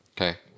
okay